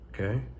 okay